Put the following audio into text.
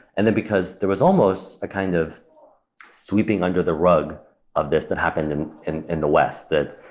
and then because there was almost a kind of sweeping under the rug of this that happened in in and the west that,